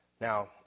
Now